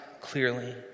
clearly